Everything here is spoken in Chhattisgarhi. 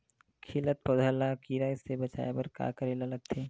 खिलत पौधा ल कीरा से बचाय बर का करेला लगथे?